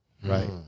Right